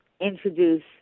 introduce